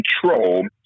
control